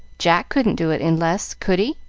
jack couldn't do it in less, could he?